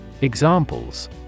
Examples